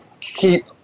keep